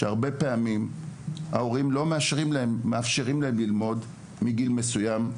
שהרבה פעמים ההורים לא מאפשרים להן ללמוד מגיל מסוים.